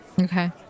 Okay